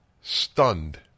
stunned